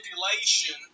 manipulation